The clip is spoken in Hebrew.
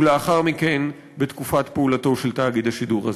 ולאחר מכן בתקופת פעולתו של תאגיד השידור הזה.